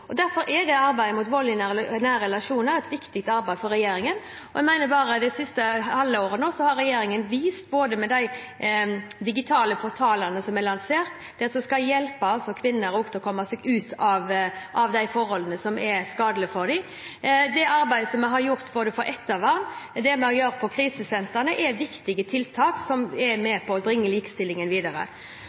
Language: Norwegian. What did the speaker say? vold. Derfor er arbeidet mot vold i nære relasjoner et viktig arbeid for regjeringen. Jeg mener at det har regjeringen vist bare dette siste halvåret, både med hensyn til de digitale portalene som er lansert, de som skal hjelpe kvinner til å komme seg ut av forhold som er skadelige for dem, og når det gjelder arbeidet vi har gjort for ettervern, og det vi nå gjør på krisesentrene. Dette er viktige tiltak som er med på å bringe likestillingen videre.